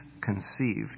conceived